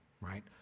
right